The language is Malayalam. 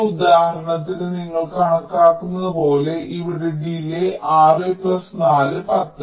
ഈ ഉദാഹരണത്തിന് നിങ്ങൾക്ക് കാണാനാകുന്നതുപോലെ ഇവിടെ ഡിലേയ് 6 4 10